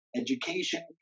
education